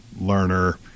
learner